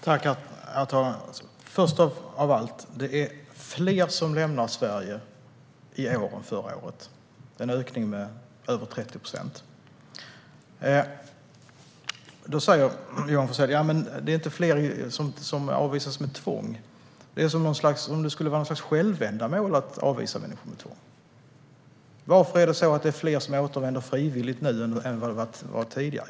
Herr talman! Först av allt vill jag säga att det är fler som lämnar Sverige i år än förra året. Det är en ökning med över 30 procent. Då säger Johan Forssell att det inte är fler som avvisas med tvång. Det är som om det skulle vara något slags självändamål att avvisa människor med tvång. Varför är det fler som återvänder frivilligt nu än det var tidigare?